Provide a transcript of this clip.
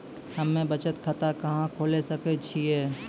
हम्मे बचत खाता कहां खोले सकै छियै?